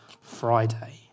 Friday